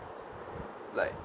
like